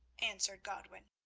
answered godwin.